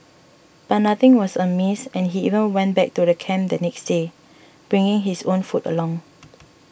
but nothing was amiss and he even went back to camp the next day bringing his own food along